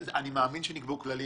אני מאמין שנקבעו כללים